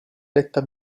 detta